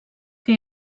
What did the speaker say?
que